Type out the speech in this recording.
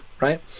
right